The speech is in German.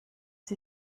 sie